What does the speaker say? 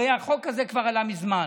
הרי החוק הזה כבר עלה מזמן,